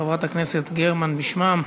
חברת הכנסת גרמן בשמם,